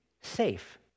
safe